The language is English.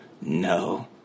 No